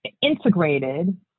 integrated